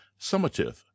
summative